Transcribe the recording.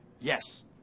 Yes